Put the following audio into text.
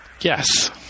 Yes